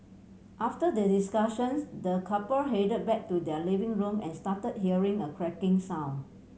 after the discussions the couple headed back to their living room and started hearing a cracking sound